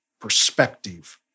perspective